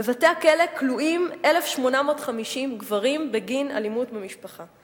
בבתי-הכלא כלואים 1,850 גברים בגין אלימות במשפחה.